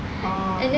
and then